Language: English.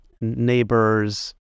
neighbors